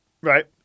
right